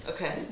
Okay